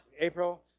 April